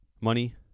money